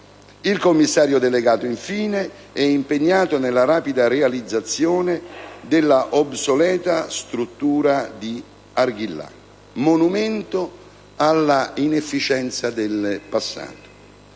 Il commissario delegato, infine, è impegnato nella rapida realizzazione della obsoleta struttura di Arghillà, monumento all'inefficienza del passato.